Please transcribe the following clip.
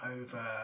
over